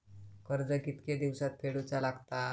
कर्ज कितके दिवसात फेडूचा लागता?